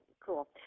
cool